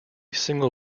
single